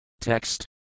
Text